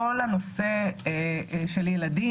כל הנושא של ילדים,